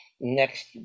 next